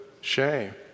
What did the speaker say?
shame